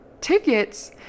tickets